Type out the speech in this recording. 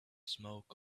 smoke